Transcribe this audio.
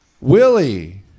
Willie